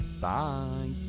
bye